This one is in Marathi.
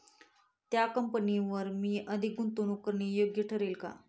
त्या कंपनीवर मी अधिक गुंतवणूक करणे योग्य ठरेल का?